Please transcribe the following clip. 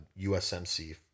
USMC